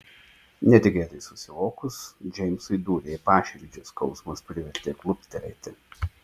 netikėtai susivokus džeimsui dūrė į paširdžius skausmas privertė kluptelėti